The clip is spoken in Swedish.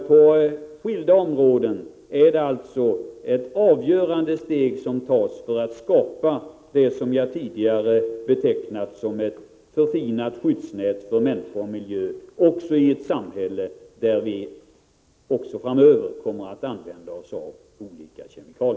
På skilda områden är det alltså ett avgörande steg som tas för att skapa det som jag tidigare betecknat som ett förfinat skyddsnät för människor och miljö i ett samhälle där vi också framöver kommer att använda olika kemikalier.